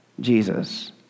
Jesus